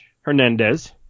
Hernandez